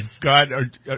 God